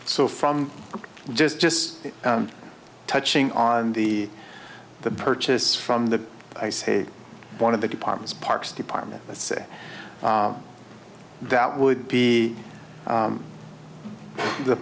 so from just just touching on the the purchase from the i say one of the departments parks department let's say that would be